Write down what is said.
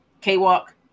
K-Walk